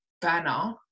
banner